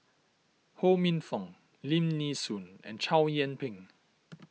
Ho Minfong Lim Nee Soon and Chow Yian Ping